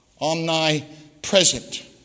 omnipresent